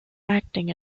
acting